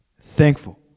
Thankful